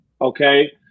okay